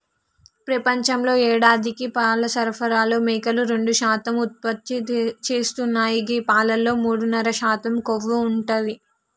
ప్రపంచంలో యేడాదికి పాల సరఫరాలో మేకలు రెండు శాతం ఉత్పత్తి చేస్తున్నాయి గీ పాలలో మూడున్నర శాతం కొవ్వు ఉంటది